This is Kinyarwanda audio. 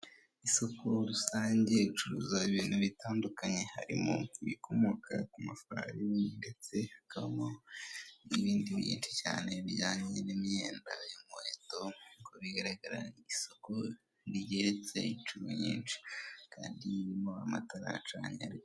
Isoko rusange ricuruza ibintu bitandukanye harimo ibikomoka ku mafarini ndetse hakabamo n'ibindi binshi cyane bijyanye n'imyenda, inkweto uko bigaragara ni isoko rigeretse inshuro nyinshi kandi ririmo amatara acanye.